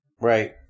Right